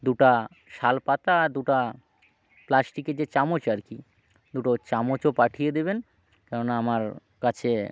দুটো শালপাতা দুটো প্লাস্টিকের যে চামচ আরকি দুটো চামচও পাঠিয়ে দেবেন কেননা আমার কাছে